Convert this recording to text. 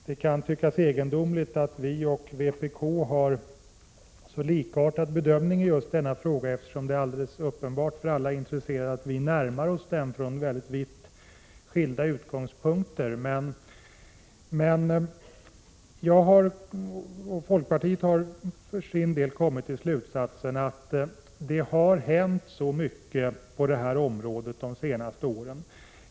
Det kan tyckas egendomligt att vi och vpk har gjort en så likartad bedömning av just denna fråga, eftersom det är alldeles uppenbart för alla intresserade att vi närmat oss den från vitt skilda utgångspunkter. Men folkpartiet har för sin del kommit till slutsatsen att det har hänt så mycket på det här området de senaste åren.